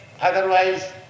otherwise